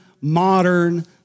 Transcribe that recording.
modern